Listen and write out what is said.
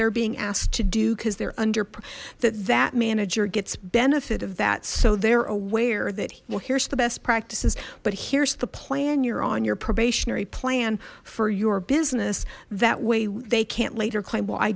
they're being asked to do because they're under that that manager gets benefit of that so they're aware that well here's the best practices but here's the plan you're on your probationary plan for your business that way they can't later